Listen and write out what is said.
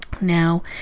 Now